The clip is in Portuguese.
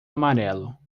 amarelo